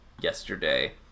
yesterday